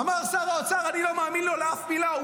אמר שר האוצר: אני לא מאמין לו לאף מילה.